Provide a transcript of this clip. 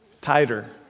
Tighter